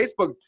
facebook